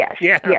yes